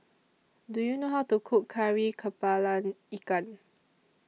Do YOU know How to Cook Kari Kepala Ikan